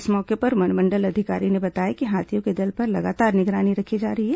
इस मौके पर वनमंडल अधिकारी ने बताया कि हाथियों के दल पर लगातार निगरानी रखी जा रही है